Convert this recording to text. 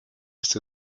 ist